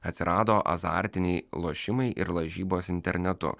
atsirado azartiniai lošimai ir lažybos internetu